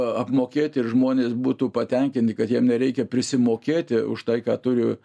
apmokėti ir žmonės būtų patenkinti kad jiem nereikia prisimokėti už tai ką turi